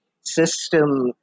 system